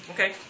Okay